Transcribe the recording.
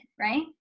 right